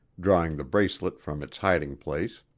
drawing the bracelet from its hiding place.